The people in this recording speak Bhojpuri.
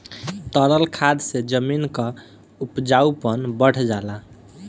तरल खाद से जमीन क उपजाऊपन बढ़ जाला